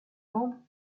membres